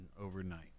overnight